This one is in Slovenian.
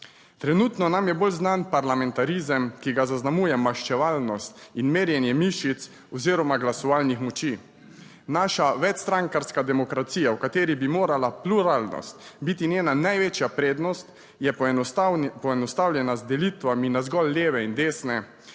Trenutno nam je bolj znan parlamentarizem, ki ga zaznamuje maščevalnost in merjenje mišic oziroma glasovalnih moči. Naša večstrankarska demokracija, v kateri bi morala pluralnost biti njena največja prednost, je poenostavljena z delitvami na zgolj leve in desne,